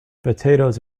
potatoes